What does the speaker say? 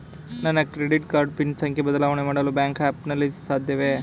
ನನ್ನ credit card pin ಸಂಖ್ಯೆ ಬದಲಾವಣೆ ಮಾಡಲು ಬ್ಯಾಂಕ್ ಆ್ಯಪ್ ನಲ್ಲಿ ಸಾಧ್ಯವೇ?